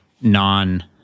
non